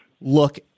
look